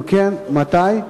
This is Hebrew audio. אם כן, מתי?